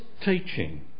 teaching